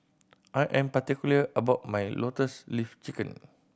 I am particular about my Lotus Leaf Chicken